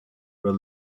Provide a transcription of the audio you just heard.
were